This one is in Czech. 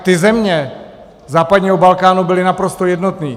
Ty země západního Balkánu byly naprosto jednotné.